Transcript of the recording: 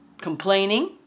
complaining